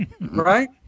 right